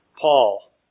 Paul